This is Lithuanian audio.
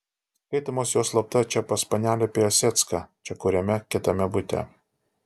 skaitomos jos slapta čia pas panelę piasecką čia kuriame kitame bute